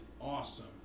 awesome